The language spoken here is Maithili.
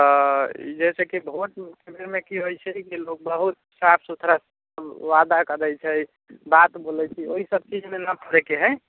जइसे कि वोट एहिमे की होइ छै लोक बहुत साफ सुथरा वादा करै छै बात बोलै छै ओहिसब चीजमे नहि फँसैके हइ